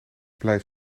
blijf